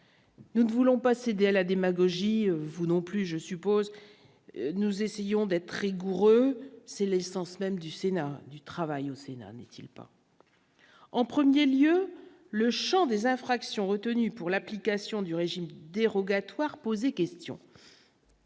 Nous ne voulons pas céder à la démagogie, vous non plus, je suppose, nous essayons d'être rigoureuse, c'est l'essence même du Sénat du travail au Sénat n'est-il pas en 1er lieu le Champ des infractions retenues pour l'application du régime dérogatoire poser question.